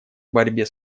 борьбе